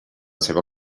seva